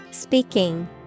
Speaking